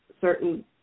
certain